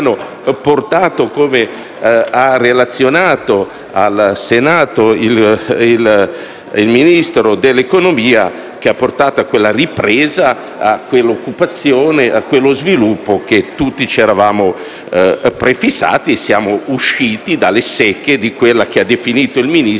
come ha relazionato in Senato il Ministro dell'economia, hanno portato a quella ripresa economica e dell'occupazione e a quello sviluppo che tutti ci eravamo prefissati; siamo usciti dalle secche di quella che il Ministro ha